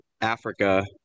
africa